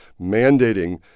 mandating